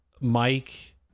Mike